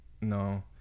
No